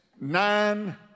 nine